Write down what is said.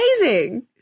amazing